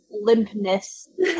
limpness